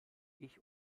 ich